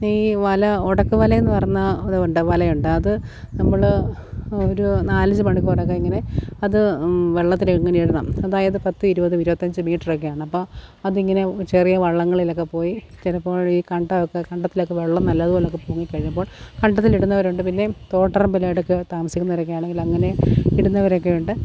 ഈ വല ഒടക്ക് വലയെന്നു പറയുന്ന ഇതുണ്ട് വലയുണ്ട് അത് നമ്മൾ ഒരു നാലഞ്ചുമണിക്കൂർ ഒക്കെ ഇങ്ങനെ അത് വെള്ളത്തിൽ ഇങ്ങനെ ഇടണം അതായത് പത്ത് ഇരുപത് ഇരുപത്തഞ്ച് മീറ്റർ ഒക്കെയാണ് അപ്പോൾ അതിങ്ങനെ ചെറിയ വള്ളങ്ങളിലൊക്കെ പോയി ചിലപ്പോൾ ഈ കണ്ടം ഒക്കെ കണ്ടത്തിലൊക്കെ വെള്ളം നല്ലതുപോലെയൊക്കെ പൊങ്ങി കഴിയുമ്പോൾ കണ്ടത്തിലിടുന്നവരുണ്ട് പിന്നെ തോട്ടറമ്പിലോട്ടൊക്കെ താമസിക്കുന്നവരൊക്കെയാണെങ്കിൽ അങ്ങനെയും ഇടുന്നവരൊക്കെയുണ്ട്